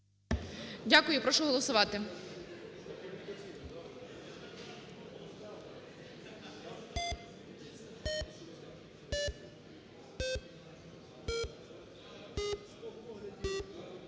Дякую. Прошу голосувати.